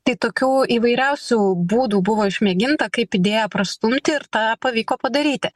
tai tokių įvairiausių būdų buvo išmėginta kaip idėją prastumti ir tą pavyko padaryti